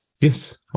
Yes